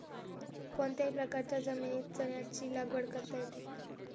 कोणत्याही प्रकारच्या जमिनीत चण्याची लागवड करता येते